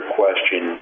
question